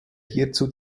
hierzu